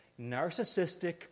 narcissistic